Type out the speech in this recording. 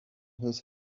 his